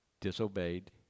disobeyed